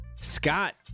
Scott